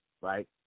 right